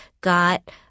got